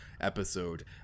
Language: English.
episode